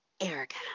Erica